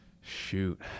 Shoot